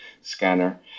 Scanner